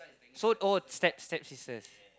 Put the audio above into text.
so oh step~ stepsisters